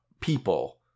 people